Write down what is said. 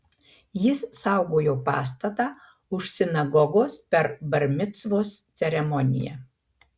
jis saugojo pastatą už sinagogos per bar micvos ceremoniją